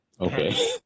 Okay